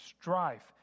strife